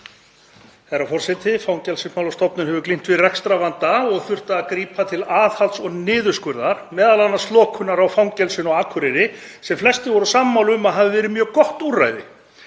Herra forseti. Fangelsismálastofnun hefur glímt við rekstrarvanda og þurft að grípa til aðhalds og niðurskurðar, m.a. lokunar á fangelsinu á Akureyri sem flestir voru sammála um að hafi verið mjög gott úrræði.